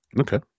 Okay